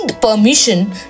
permission